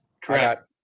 Correct